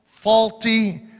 Faulty